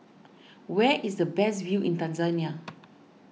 where is the best view in Tanzania